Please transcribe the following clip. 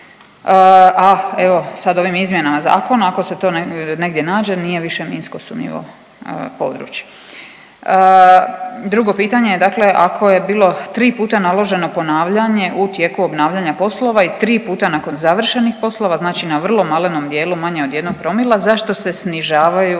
a evo, sad ovim izmjenama zakona, ako se to negdje nađe, nije više minsko sumnjivo područje. Drugo pitanje, dakle ako je bilo 3 puta naloženo ponavljanje u tijeku obnavljanja poslova i 3 puta nakon završenih poslova, znači na vrlo malenom dijelu, manje od 1 promila, zašto se snižavaju